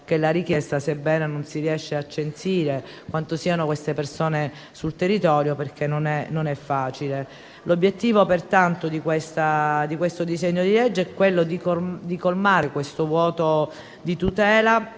della richiesta, sebbene non si riesca a censire quante siano dette persone sul territorio, perché non è facile. L'obiettivo del disegno di legge è, pertanto, di colmare questo vuoto di tutela,